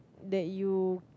that you